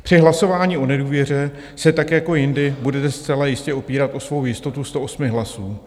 Při hlasování o nedůvěře se tak jako jindy budete zcela jistě opírat o svou jistotu 108 hlasů.